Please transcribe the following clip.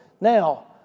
Now